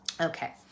Okay